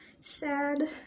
Sad